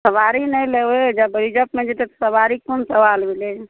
सवारी नहि लेबै जब रिजर्वमे जएतै तऽ सवारी कोन सवाल भेलै